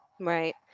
Right